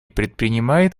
предпринимает